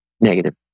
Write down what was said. negative